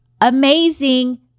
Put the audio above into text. amazing